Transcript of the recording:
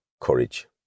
courage